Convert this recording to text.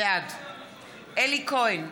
בעד אלי כהן,